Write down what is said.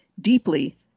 deeply